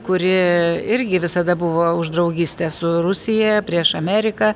kuri irgi visada buvo už draugystę su rusija prieš ameriką